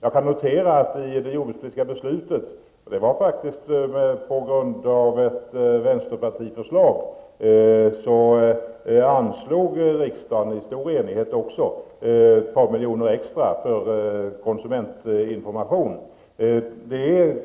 I det jordbrukspolitiska beslutet anslog riksdagen i stor enighet -- faktiskt på förslag från vänsterpartiet -- ett par miljoner kronor extra för konsumentinformation.